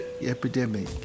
epidemic